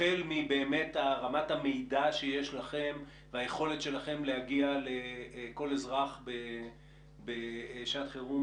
החל מרמת המידע שיש לכם והיכולת שלכם להגיע לכל אזרח בשעת חירום,